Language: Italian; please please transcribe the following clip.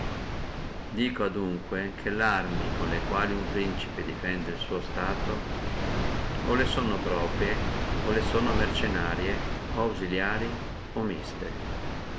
dico adunque che larme con le quali uno principe defende el suo stato o le sono proprie o le sono mercennarie o ausiliarie o miste